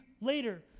later